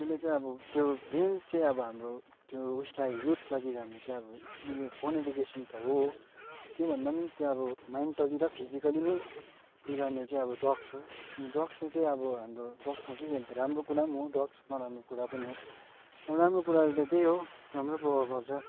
त्यसले चाहिँ अब त्यो मेन चाहिँ अब हाम्रो त्यो उइसलाई युथलाई बिगार्ने चाहिँ अब यो फोन एडिक्सन त हो त्योभन्दा पनि त्यो अब मेन्टली र फिजिकली नै बिगार्ने चाहिँ अब ड्रग्स हो ड्रग्सले चाहिँ अब हाम्रो ड्रग्समा के के अन्त राम्रो कुरा पनि हो ड्रग्स नराम्रो कुरा पनि हो अब राम्रो कुराले त त्यही हो राम्रै प्रभाव गर्छ